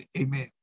Amen